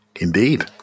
Indeed